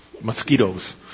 mosquitoes